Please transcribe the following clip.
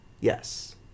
Yes